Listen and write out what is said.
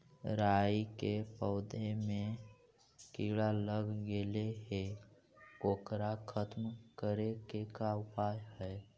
राई के पौधा में किड़ा लग गेले हे ओकर खत्म करे के का उपाय है?